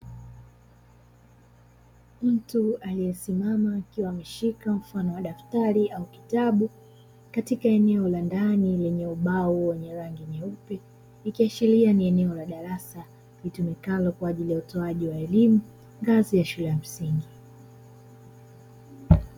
Mtu aliyesimama akiwa ameshika mfano wa madaftari ama vitabu, katika eneo la ndani lenye ubao wenye rangi nyeupe, ikiashiria ni eneo la darasa litumikalo kwa ajili utoaji wa elimu, ngazi ya shule ya msingi.